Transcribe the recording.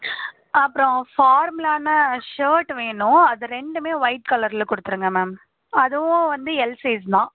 அப்புறம் ஃபார்மலான ஷேர்ட் வேணும் அது ரெண்டுமே ஒயிட் கலரில் கொடுத்துடுங்க மேம் அதுவும் வந்து எல் சைஸ் தான்